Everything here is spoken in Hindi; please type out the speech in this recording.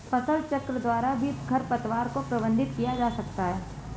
फसलचक्र द्वारा भी खरपतवार को प्रबंधित किया जा सकता है